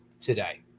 today